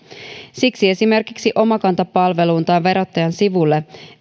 siksi esimerkiksi omakanta palveluun tai verottajan sivulle